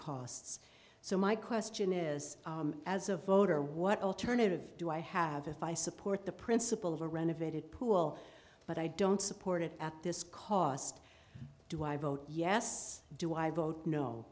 costs so my question is as a voter what alternative do i have if i support the principle of a renovated pool but i don't support it at this cost do i vote yes do i vote no